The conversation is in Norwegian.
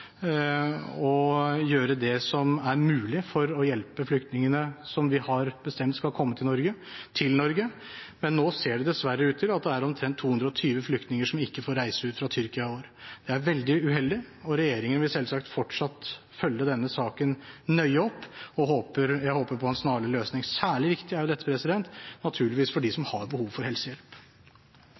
og gjøre det som er mulig for å hjelpe flyktningene som vi har bestemt skal komme til Norge, til Norge, men nå ser det dessverre ut til at det er omtrent 220 flyktninger som ikke får reise ut fra Tyrkia i år. Det er veldig uheldig. Regjeringen vil selvsagt fortsatt følge opp denne saken nøye, og jeg håper på en snarlig løsning. Særlig viktig er dette naturligvis for dem som har behov for helsehjelp.